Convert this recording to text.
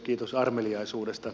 kiitos armeliaisuudesta